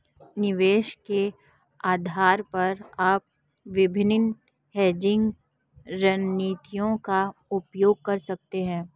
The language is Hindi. निवेश के आधार पर आप विभिन्न हेजिंग रणनीतियों का उपयोग कर सकते हैं